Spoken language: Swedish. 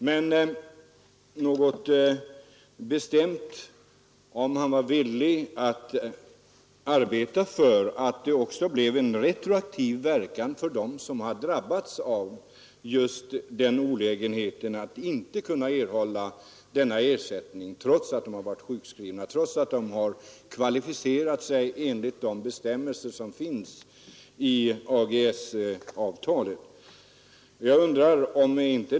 Men något bestämt besked huruvida statsrådet är villig att arbeta för att uppgörelsen får en retroaktiv verkan fick jag inte.